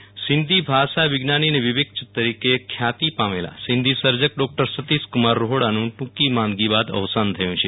વિરલ રાણા અવસાન સિંધી ભાષા વિજ્ઞાની અને વિવેચક તરીકે ખ્યાતિ પામેલા સિંધી સર્જક ડોક્ટર સતીશ કુમાર રોહડાનું ટ્રંકી માંદગી બાદ અવસાન થયું છે